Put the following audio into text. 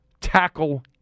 tackle